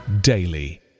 daily